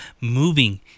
moving